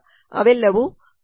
ಅವೆಲ್ಲವೂ ಪ್ರಕ್ರಿಯೆ